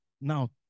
Now